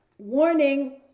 Warning